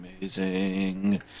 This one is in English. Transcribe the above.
amazing